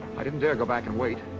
i didn't dare go back and wait.